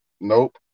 Nope